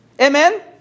Amen